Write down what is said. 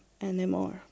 anymore